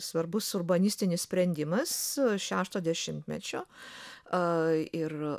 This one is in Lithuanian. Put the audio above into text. svarbus urbanistinis sprendimas šešto dešimtmečio a ir